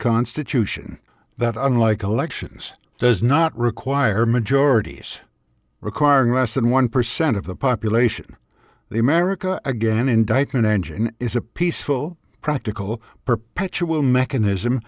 constitution that unlike elections does not require majorities requiring less than one percent of the population the america again indictment engine is a peaceful practical perpetual mechanism